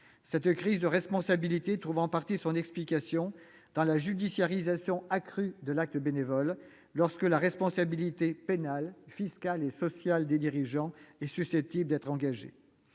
Cette crise de responsabilités trouve en partie son explication dans la judiciarisation accrue de l'acte bénévole, la responsabilité pénale, fiscale et sociale des dirigeants étant susceptible d'être engagée.